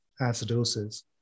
acidosis